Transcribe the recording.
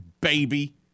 baby